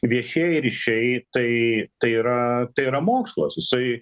viešieji ryšiai tai tai yra tai yra mokslas jisai